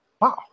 Wow